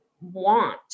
want